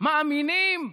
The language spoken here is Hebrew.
מאמינים,